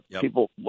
people –